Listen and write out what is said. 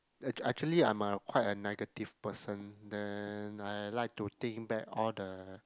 ac~ actually I'm a quite a negative person then I like to think back all the